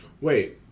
Wait